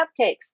cupcakes